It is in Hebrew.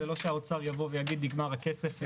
זה לא שהאוצר יגיד שנגמר הכסף.